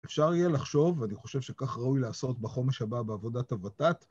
אפשר יהיה לחשוב, ואני חושב שכך ראוי לעשות בחומש הבא בעבודת הווטאט.